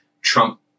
Trump